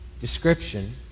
description